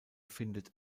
findet